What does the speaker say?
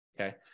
Okay